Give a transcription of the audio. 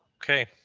okay,